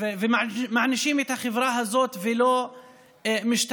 מענישים את החברה הזאת ולא משתמשים